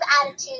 attitude